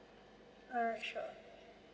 alright sure